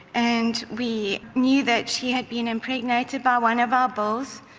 and we knew that she had been impregnated by one of our bulls,